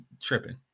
tripping